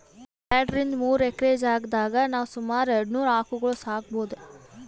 ಎರಡರಿಂದ್ ಮೂರ್ ಎಕ್ರೆ ಜಾಗ್ದಾಗ್ ನಾವ್ ಸುಮಾರ್ ಎರಡನೂರ್ ಆಕಳ್ಗೊಳ್ ಸಾಕೋಬಹುದ್